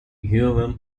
human